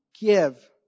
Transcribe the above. give